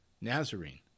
Nazarene